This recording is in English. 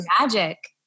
magic